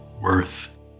worth